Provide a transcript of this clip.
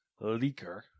leaker